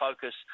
focus